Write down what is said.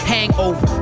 Hangover